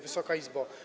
Wysoka Izbo!